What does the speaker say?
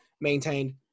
maintained